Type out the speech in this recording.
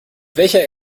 welcher